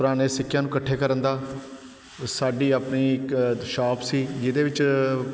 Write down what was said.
ਪੁਰਾਣੇ ਸਿੱਕਿਆਂ ਨੂੰ ਇਕੱਠੇ ਕਰਨ ਦਾ ਅਤੇ ਸਾਡੀ ਆਪਣੀ ਇੱਕ ਸ਼ੋਪ ਸੀ ਜਿਹਦੇ ਵਿੱਚ